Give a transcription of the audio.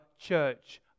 church